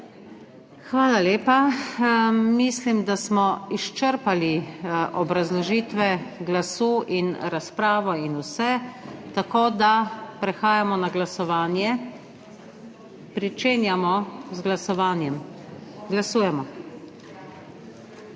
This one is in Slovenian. Hvala lepa. Mislim, da smo izčrpali obrazložitve glasu in razpravo in vse, tako da prehajamo na glasovanje. Glasujemo.